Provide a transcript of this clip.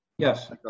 Yes